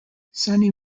sunny